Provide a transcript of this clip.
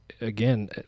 Again